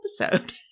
episode